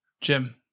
Jim